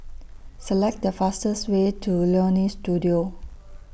Select The fastest Way to Leonie Studio